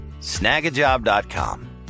snagajob.com